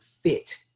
fit